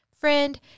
Friend